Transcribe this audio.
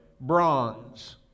bronze